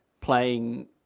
playing